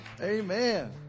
Amen